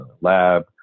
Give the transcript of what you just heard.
lab